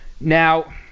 Now